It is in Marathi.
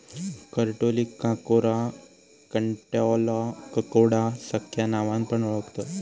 करटोलीक काकोरा, कंटॉला, ककोडा सार्ख्या नावान पण ओळाखतत